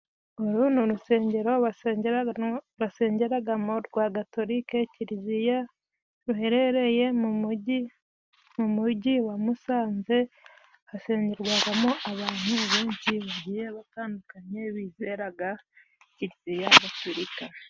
Uru ni urusengero basengeraga mo rwa Gatorike kiriziya, ruherereye mu mujyi mu mujyi wa Musanze, hasengerwagamo abantu benshi bagiye batandukanye bizeraga kiriziya Gatorika.